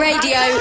Radio